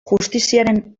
justiziaren